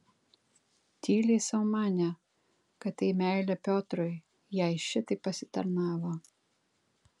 tyliai sau manė kad tai meilė piotrui jai šitaip pasitarnavo